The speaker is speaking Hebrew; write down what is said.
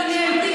למיעוטים,